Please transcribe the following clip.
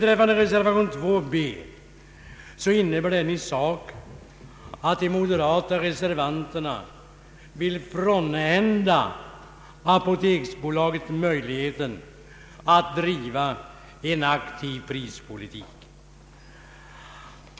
Reservationen 2 b innebär i sak att reservanterna från moderata samlingspartiet vill frånhända apoteksbolaget möjligheten att driva en aktiv prispolitik.